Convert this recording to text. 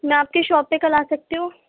میں آپ کے شاپ پہ کل آ سکتی ہوں